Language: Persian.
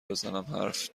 بزنم، حرف